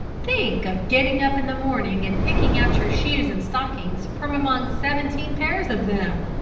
think of getting up in the morning and picking out your shoes and stockings from among seventeen pairs of them!